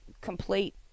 complete